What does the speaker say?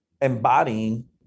embodying